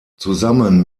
zusammen